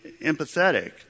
empathetic